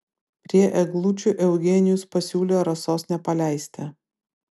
prie eglučių eugenijus pasiūlė rasos nepaleisti